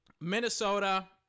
Minnesota